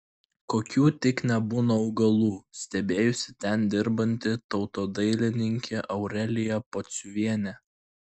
kokių tik nebūna augalų stebėjosi ten dirbanti tautodailininkė aurelija pociuvienė